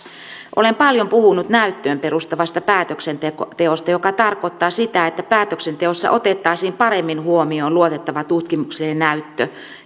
olen paljon puhunut näyttöön perustuvasta päätöksenteosta joka tarkoittaa sitä että päätöksenteossa otettaisiin paremmin huomioon luotettava tutkimuksellinen näyttö